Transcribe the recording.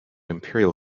imperial